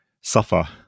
suffer